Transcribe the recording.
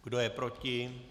Kdo je proti?